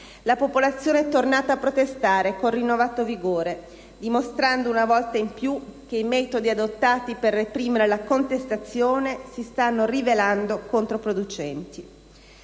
la popolazione è tornata a protestare con rinnovato vigore, dimostrando una volta di più che i metodi adottati per reprimere la contestazione si stanno rivelando controproducenti.